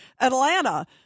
Atlanta